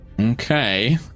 Okay